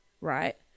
right